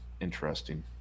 interesting